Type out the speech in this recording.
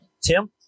Tim